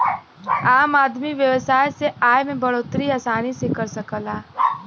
आम आदमी व्यवसाय से आय में बढ़ोतरी आसानी से कर सकला